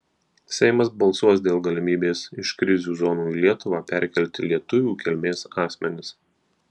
seimas balsuos dėl galimybės iš krizių zonų į lietuvą perkelti lietuvių kilmės asmenis